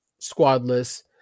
squadless